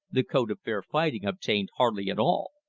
the code of fair fighting obtained hardly at all.